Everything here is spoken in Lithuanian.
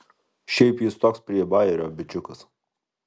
šiaip jis toks prie bajerio bičiukas